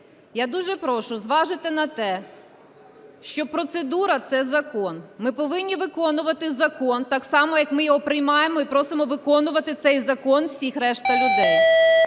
Я дуже прошу зважити на те, що процедура – це закон. Ми повинні виконувати закон так само, як ми його приймаємо, і просимо виконувати цей закон всіх решта людей.